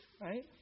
right